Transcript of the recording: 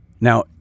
Now